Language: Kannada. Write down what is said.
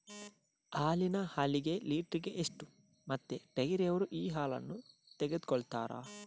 ಆಡಿನ ಹಾಲಿಗೆ ಲೀಟ್ರಿಗೆ ಎಷ್ಟು ಮತ್ತೆ ಡೈರಿಯವ್ರರು ಈ ಹಾಲನ್ನ ತೆಕೊಳ್ತಾರೆ?